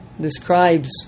describes